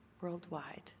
worldwide